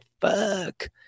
fuck